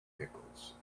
pickles